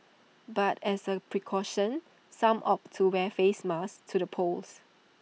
but as A precaution some opted to wear face masks to the polls